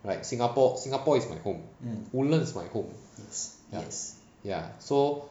right singapore singapore is my home woodlands is my home ya ya so